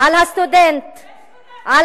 על הסטודנט בן,